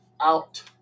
out